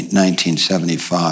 1975